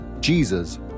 Jesus